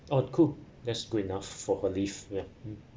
oh cool that's good enough for her leave ya